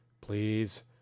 Please